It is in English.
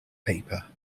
paper